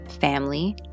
family